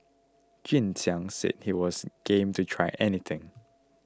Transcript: Jun Xiang said he was game to try anything